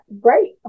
great